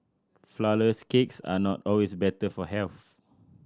flourless cakes are not always better for health